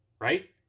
right